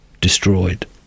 destroyed